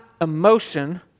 emotion